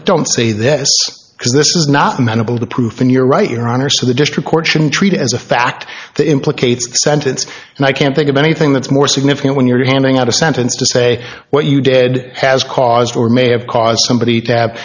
but don't say this because this is not amenable to proof and you're right your honor so the district court should treat it as a fact that implicates sentence and i can't think of anything that's more significant when you're handing out a sentence to say what you did has caused or may have caused somebody to have